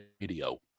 radio